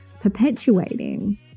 perpetuating